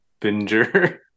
binger